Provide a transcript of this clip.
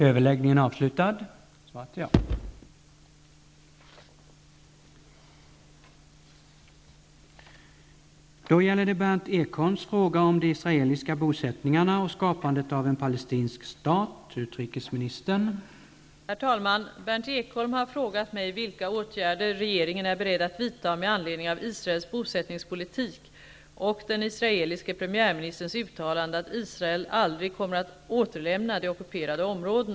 Herr talman! Jag tackar för den ytterligare kompletteringen. Jag har ingenting att argumenta mot vad utrikesministern sade -- jag tycker att det var en bra komplettering. Med detta får jag önska utrikesministern en fin sommar!